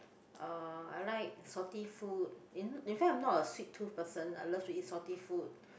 uh I like salty food in in fact I'm not a sweet tooth person I love to eat salty food